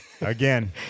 Again